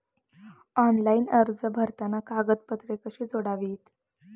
Online अर्ज भरताना कागदपत्रे कशी जोडावीत?